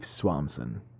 Swanson